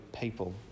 people